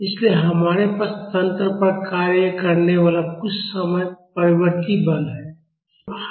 इसलिए हमारे पास तंत्र पर कार्य करने वाला कुछ समय परिवर्ती बल है